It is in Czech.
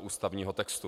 ústavního textu.